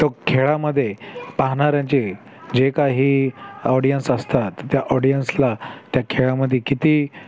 तो खेळामध्ये पाहणाऱ्यांचे जे काही ऑडियन्स असतात त्या ऑडियन्सला त्या खेळामध्ये किती